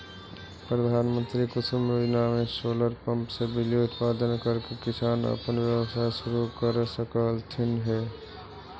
प्रधानमंत्री कुसुम योजना में सोलर पंप से बिजली उत्पादन करके किसान अपन व्यवसाय शुरू कर सकलथीन हे